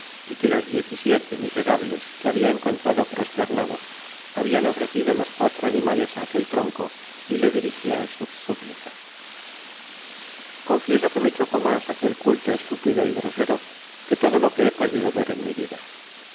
y que loa diez y siete miserables que habia encontrad prosternado habiao ofrecido los cuatro animales á aquel tronco y le dirigian sussáplicaa n confieso que me ehoeó mas aquel culto estúpido y grosero que todo lo que he podido ver en mi vida